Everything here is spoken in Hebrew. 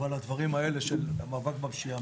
אבל הדברים האלה של מאבק בפשיעה,